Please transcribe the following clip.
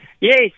Yes